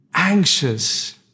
Anxious